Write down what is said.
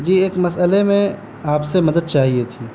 جی ایک مسئلے میں آپ سے مدد چاہیے تھی